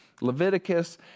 Leviticus